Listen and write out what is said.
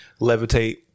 levitate